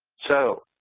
so